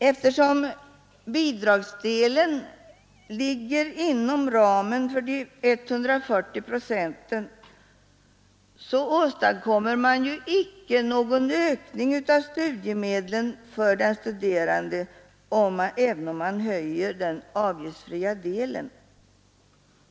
Eftersom bidragsdelen ligger inom ramen för de 140 procenten åstadkommer man nu icke någon ökning av studiemedlen för den studerande även om man höjer den avgiftsfria delen.